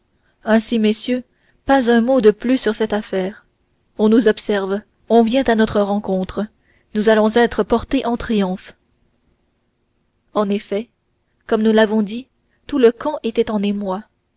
ainsi messieurs pas un mot de plus sur cette affaire on nous observe on vient à notre rencontre nous allons être portés en triomphe en effet comme nous l'avons dit tout le camp était en émoi